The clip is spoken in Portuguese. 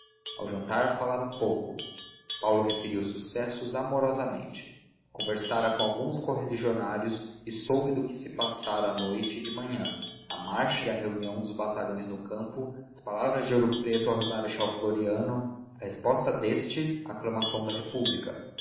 ao jantar falaram pouco paulo referia os sucessos amorosamente conversara com alguns correligionários e soube do que se passara à noite e de manhã a marcha e a reunião dos batalhões no campo as palavras de ouro preto ao marechal floriano a resposta deste a aclamação da república